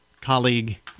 colleague